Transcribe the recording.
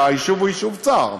והיישוב הוא יישוב צר,